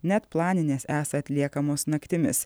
net planinės esą atliekamos naktimis